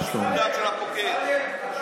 זאת החלטה של הפוקד.